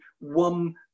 one